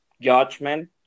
judgment